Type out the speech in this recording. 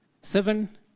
Seven